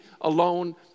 alone